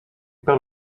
perd